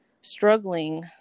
struggling